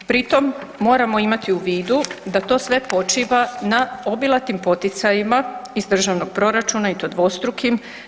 Pritom moramo imati u vidu da to sve počiva na obilatim poticajima iz državnog proračuna i to dvostrukim.